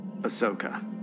Ahsoka